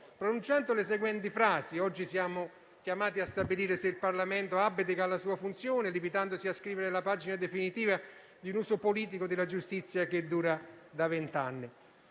pronunciando le seguenti frasi: «Oggi siamo chiamati a stabilire se il Parlamento [...] abdica alla sua funzione, limitandosi a scrivere la pagina definitiva di un uso politico della giustizia che dura da vent'anni».